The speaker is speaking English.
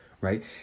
right